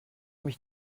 mich